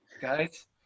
guys